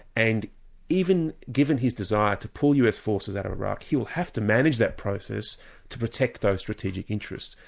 and even given his desire to pull us forces out of iraq, he'll have to manage that process to protect those strategic interests,